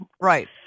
Right